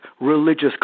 religious